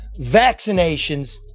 vaccinations